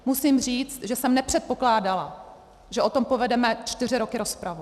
Musím říct, že jsem nepředpokládala, že o tom povedeme čtyři roky rozpravu.